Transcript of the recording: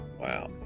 wow